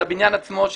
של הבניין עצמו,